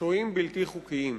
שוהים בלתי חוקיים.